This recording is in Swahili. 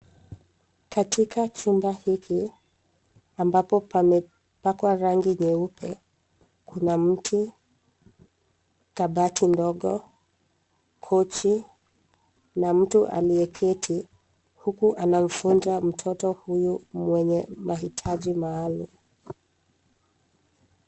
Katika chumba hiki ambapo pamepakwa rangi nyeupe ,kuna mti, kabati ndogo, kochi na mtu aliyeketi, huku anamfunza mtoto huyu mwenye mahitaji maalum.